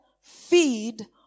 feed